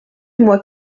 moi